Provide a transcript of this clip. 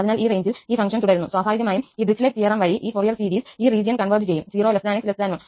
അതിനാൽ ഈ റേഞ്ചിൽ ഈ ഫങ്ക്ഷന് തുടരുന്നു സ്വാഭാവികമായു ഈ Dirichlet തിയറി വഴി ഈ ഫോറിയർ സീരീസ് ഈ റീജിയൻ കോൺവെർജ് ചെയ്യും 0 𝑥 1